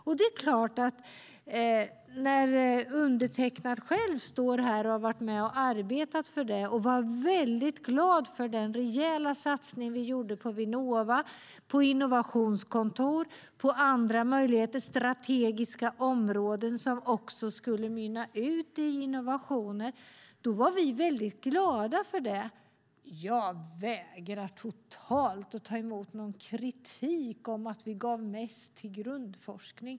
Jag har själv varit med och arbetat för propositionen och var glad för den rejäla satsning vi gjorde på Vinnova, på innovationskontor, strategiska områden som också skulle mynna ut i innovationer. Jag vägrar totalt att ta emot någon kritik för att vi gav mest till grundforskning.